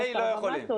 15 תלמידים.